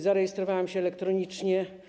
Zarejestrowałam się elektronicznie.